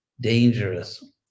dangerous